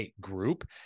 group